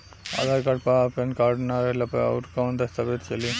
आधार card आ PAN card ना रहला पर अउरकवन दस्तावेज चली?